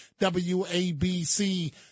WABC